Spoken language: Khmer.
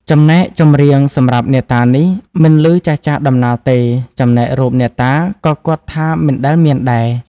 ចំណែកចម្រៀងសម្រាប់អ្នកតានេះ មិនឮចាស់ៗដំណាលទេ ចំណែករូបអ្នកតាក៏គាត់ថាមិនដែលមានដែរ ។